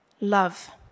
love